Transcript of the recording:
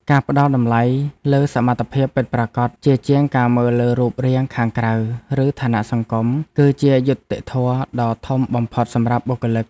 ការផ្តល់តម្លៃលើសមត្ថភាពពិតប្រាកដជាជាងការមើលលើរូបរាងខាងក្រៅឬឋានៈសង្គម គឺជាយុត្តិធម៌ដ៏ធំបំផុតសម្រាប់បុគ្គលិក។